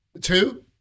Two